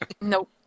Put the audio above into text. Nope